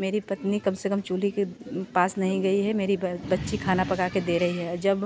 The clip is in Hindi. मेरी पत्नी कम से कम चूल्हे के पास नहीं गई है मेरी बच्ची खाना पका कर दे रही है जब